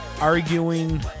arguing